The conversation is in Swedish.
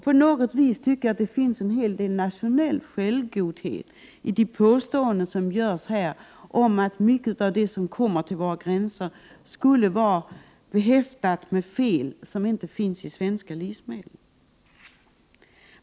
På något sätt tycker jag att det ligger en hel del av nationell självgodhet i de påståenden som görs om att mycket av det som kommer till våra gränser skulle vara behäftat med fel som inte finns i svenska livsmedel.